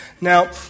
Now